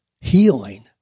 healing